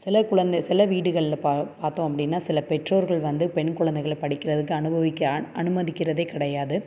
சில குழந்தை சில வீடுகளில் பா பார்த்தோம் அப்படின்னா சில பெற்றோர்கள் வந்து பெண் குழந்தைகள் படிக்கிறதுக்கு அனுபவிக்க அனுமதிக்கிறதே கிடையாது